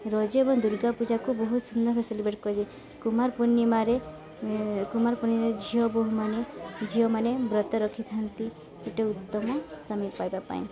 ରଜ ଏବଂ ଦୁର୍ଗା ପୂଜାକୁ ବହୁତ ସୁନ୍ଦର ସେଲିବ୍ରେଟ କରାଯାଏ କୁମାର ପୂର୍ଣ୍ଣିମାରେ କୁମାର ପୂର୍ଣ୍ଣିମାରେ ଝିଅ ବୋହୂମାନେ ଝିଅମାନେ ବ୍ରତ ରଖିଥାନ୍ତି ଗୋଟେ ଉତ୍ତମ ସ୍ୱାମୀ ପାଇବା ପାଇଁ